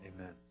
Amen